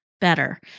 better